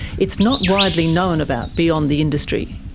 it's not widely known about beyond the industry.